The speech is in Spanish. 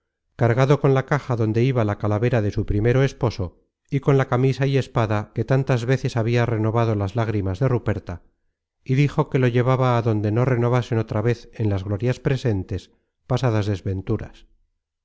cargado con la caja donde iba la calavera de su primero esposo y con la camisa y espada que tantas veces habia renovado las lágrimas de ruperta y dijo que lo llevaba á donde no renovasen otra vez en las glorias presentes pasadas desventuras